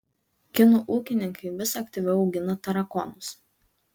kinų ūkininkai vis aktyviau augina tarakonus